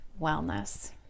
wellness